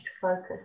focus